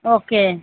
okay